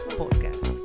podcast